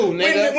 nigga